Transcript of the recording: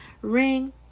ring